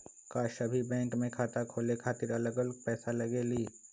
का सभी बैंक में खाता खोले खातीर अलग अलग पैसा लगेलि?